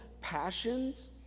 passions